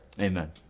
Amen